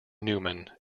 newman